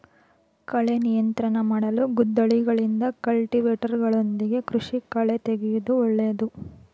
ಕಳೆ ನಿಯಂತ್ರಣ ಮಾಡಲು ಗುದ್ದಲಿಗಳಿಂದ, ಕಲ್ಟಿವೇಟರ್ಗಳೊಂದಿಗೆ ಕೃಷಿ ಕಳೆತೆಗೆಯೂದು ಒಳ್ಳೇದು